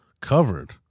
covered